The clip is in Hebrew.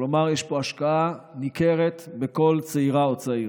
כלומר יש פה השקעה ניכרת בכל צעירה וצעיר.